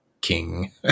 King